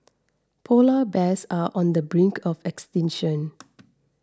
Polar Bears are on the brink of extinction